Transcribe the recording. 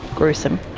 gruesome,